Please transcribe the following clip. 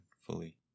fully